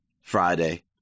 Friday